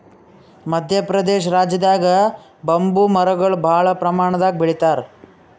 ಮದ್ಯ ಪ್ರದೇಶ್ ರಾಜ್ಯದಾಗ್ ಬಂಬೂ ಮರಗೊಳ್ ಭಾಳ್ ಪ್ರಮಾಣದಾಗ್ ಬೆಳಿತಾರ್